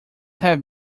have